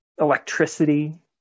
Electricity